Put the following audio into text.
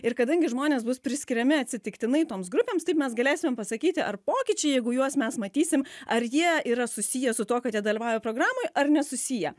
ir kadangi žmonės bus priskiriami atsitiktinai toms grupėms taip mes galėsim pasakyti ar pokyčiai jeigu juos mes matysim ar jie yra susiję su tuo kad jie dalyvauja programoj ar nesusiję